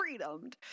freedomed